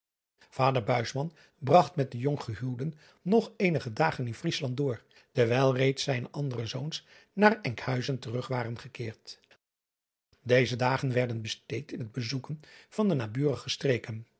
ader bragt met de jong gehuwden nog eenige dagen in riesland door terwijl reeds zijne andere zoons naar nkhuizen terug waren gekeerd eze dagen werden besteed in het bezoeken van de naburige streken